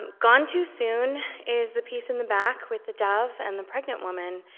um gone too soon is the piece in the back, with the dove and the pregnant woman.